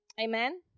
Amen